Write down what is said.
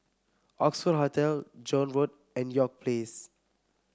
Oxford Hotel Joan Road and York Place